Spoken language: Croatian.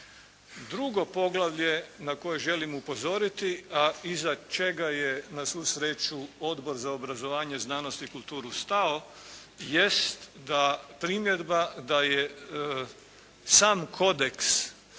Drugo poglavlje na koje želim upozoriti, a iza čega je na svu sreću Odbor za obrazovanje, znanost i kulturu stao, jest da primjedba da je sam kodeks